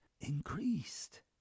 increased